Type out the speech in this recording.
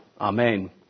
Amen